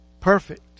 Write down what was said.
perfect